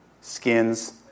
skins